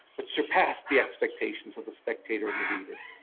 but surpassed the expectations of the spectator and the reader.